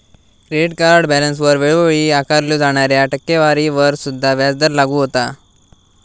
credit card बॅलन्सवर वेळोवेळी आकारल्यो जाणाऱ्या टक्केवारीवर सुद्धा व्याजदर लागू होता